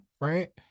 right